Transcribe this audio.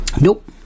Nope